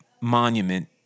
monument